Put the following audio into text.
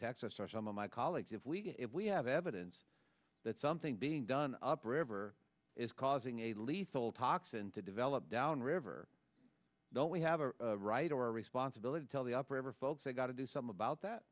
texas or some of my colleagues if we get we have evidence that something being done up river is causing a lethal toxin to develop down river don't we have a right or a responsibility to tell the operator folks they've got to do some about that